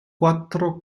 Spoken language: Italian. quattro